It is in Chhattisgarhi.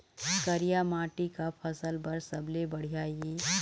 करिया माटी का फसल बर सबले बढ़िया ये?